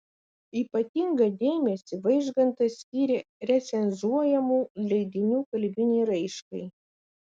ypatingą dėmesį vaižgantas skyrė recenzuojamų leidinių kalbinei raiškai